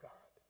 God